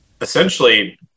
essentially